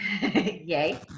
Yay